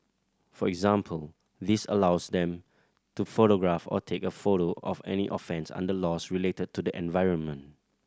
for example this allows them to photograph or take a photo of any offence under laws related to the environment